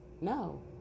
No